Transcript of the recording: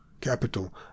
Capital